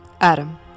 Adam